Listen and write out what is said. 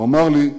הוא אמר לי: